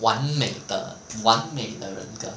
完美的完美的人格